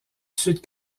sud